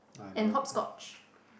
I never